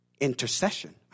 Intercession